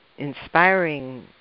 inspiring